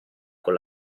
con